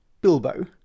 Bilbo